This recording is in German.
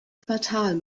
quartal